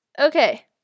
Okay